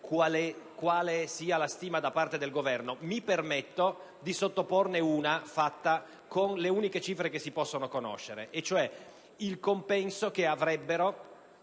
quale sia la stima da parte del Governo e mi permetto di sottoporne una basata sulle uniche cifre che si possono conoscere: il compenso che avrebbero